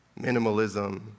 Minimalism